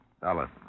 Dollar